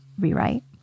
rewrite